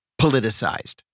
politicized